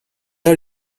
are